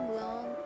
long